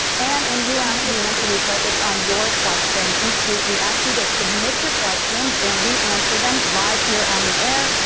and and you ask we answer we focus on your questions, each week we ask you to submit your questions and we answer them life here on the air.